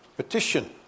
Petition